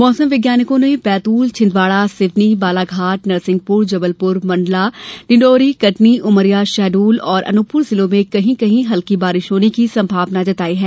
मौसम वैज्ञानिकों ने बैतूल छिंदवाड़ा सिवनी बालाघाट नरसिंहपुर जबलपुर मंडला डिंडौरी कटनी उमरिया शहडोल और अनूनपुर जिलों में कहीं कहीं हल्की बारिश होने की संभावना जताई है